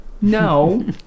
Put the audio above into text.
no